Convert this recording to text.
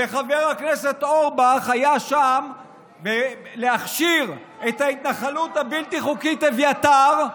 וחבר הכנסת אורבך היה שם כדי להכשיר את ההתנחלות הבלתי-חוקית אביתר,